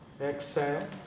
exhale